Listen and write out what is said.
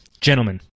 gentlemen